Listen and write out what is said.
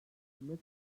hükümet